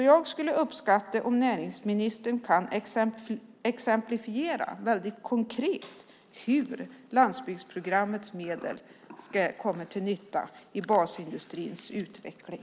Jag skulle därför uppskatta om näringsministern kunde exemplifiera väldigt konkret hur landsbygdsprogrammets medel ska komma till nytta i basindustrins utveckling.